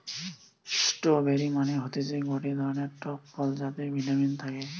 strawberry মানে হতিছে গটে ধরণের টক ফল যাতে ভিটামিন থাকে